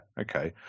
okay